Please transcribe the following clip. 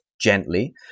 gently